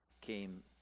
came